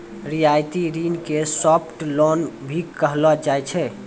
रियायती ऋण के सॉफ्ट लोन भी कहलो जाय छै